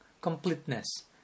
completeness